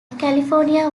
california